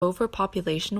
overpopulation